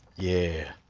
yeah.